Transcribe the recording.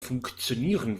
funktionieren